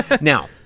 Now